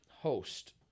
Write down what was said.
host